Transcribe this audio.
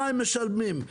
מים משלמים.